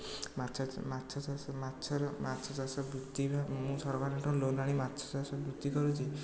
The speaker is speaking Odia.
ମାଛ ମାଛ ଚାଷ ମାଛର ମାଛ ଚାଷ ବୃତ୍ତି ମୁଁ ସରକାରଙ୍କଠୁ ଲୋନ୍ ଆଣି ମାଛ ଚାଷ ବୃତ୍ତି କରୁଛି